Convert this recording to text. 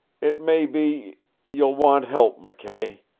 it may be you'll want help, mckay.